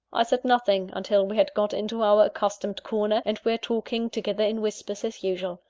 i said nothing until we had got into our accustomed corner, and were talking together in whispers as usual.